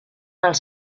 els